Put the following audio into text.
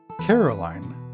Caroline